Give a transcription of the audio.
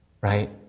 right